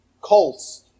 Colts